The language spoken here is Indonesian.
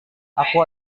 aku